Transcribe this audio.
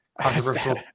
controversial